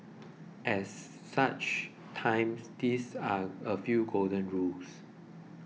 at such times these are a few golden rules